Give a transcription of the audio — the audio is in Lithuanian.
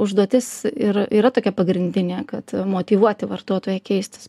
užduotis ir yra tokia pagrindinė kad motyvuoti vartotoją keistis